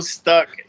stuck